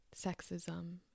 sexism